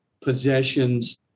possessions